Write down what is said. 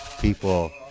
people